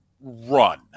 run